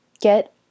get